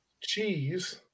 Cheese